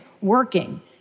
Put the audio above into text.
working